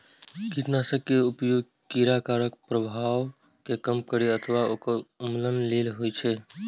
कीटनाशक के उपयोग कीड़ाक प्रभाव कें कम करै अथवा ओकर उन्मूलन लेल होइ छै